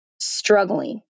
struggling